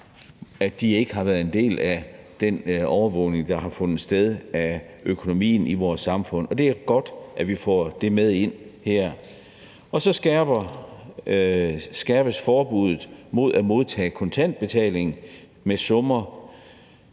ikke har været en del af den overvågning, der har fundet sted af økonomien i vores samfund, og det er godt, at vi får det med ind her. Så skærpes forbuddet mod at modtage kontantbetaling, hvor